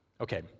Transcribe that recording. Okay